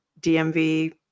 DMV